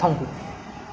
他是 common engin